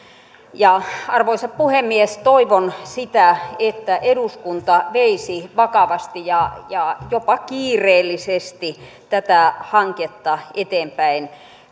arvoisa puhemies toivon sitä että eduskunta veisi vakavasti ja ja jopa kiireellisesti tätä hanketta eteenpäin